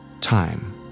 time